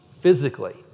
Physically